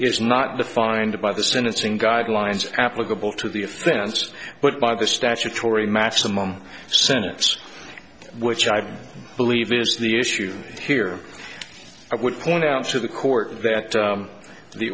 is not defined by the sentencing guidelines applicable to the offense but by the statutory maximum sentence which i believe is the issue here i would point out to the court that